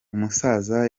umusaza